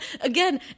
again